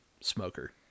smoker